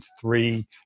three